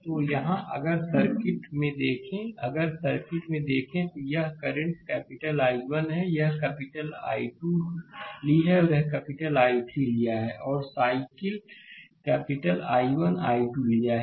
तो यहां अगर सर्किट में देखें अगर सर्किट में देखें तो यह करंट कैपिटल I1 है यह है कि यह कैपिटल I2 ली है और यह कैपिटल I3 लिया है और और साइक्लिक कैपिटल I1 I2 लिया है